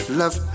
love